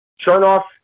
Turnoff